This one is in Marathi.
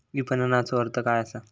विपणनचो अर्थ काय असा?